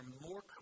more